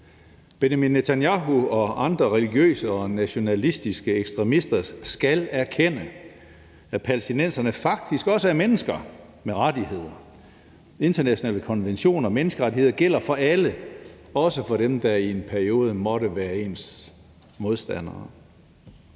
Benjamin Netanyahu og andre religiøse og nationalistiske ekstremister skal erkende, at palæstinenserne faktisk også er mennesker med rettigheder. Internationale konventioner og menneskerettigheder gælder for alle, også for dem, der i en periode måtte være ens modstandere.